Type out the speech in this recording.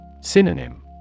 Synonym